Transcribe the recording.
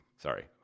Sorry